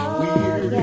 weird